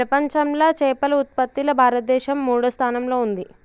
ప్రపంచంలా చేపల ఉత్పత్తిలా భారతదేశం మూడో స్థానంలా ఉంది